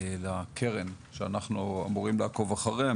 לקרן שאנחנו אמורים לעקוב אחריה,